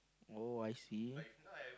oh I see